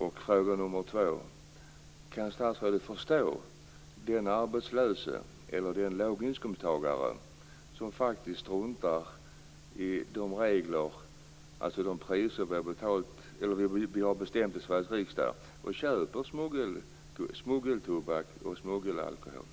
Min andra fråga är: Kan statsrådet förstå den arbetslöse eller den låginkomsttagare som faktiskt struntar i de regler och de priser vi har bestämt i Sveriges riksdag, och köper smuggeltobak och smuggelalkohol?